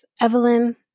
Evelyn